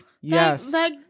Yes